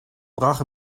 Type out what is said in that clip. brach